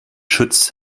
schütz